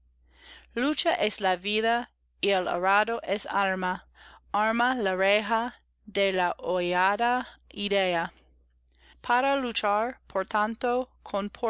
lucha es la vida y el arado es arma arma la reja de la odiada idea para luchar por tanto